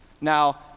Now